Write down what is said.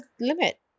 limit